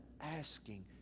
asking